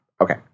Okay